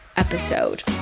episode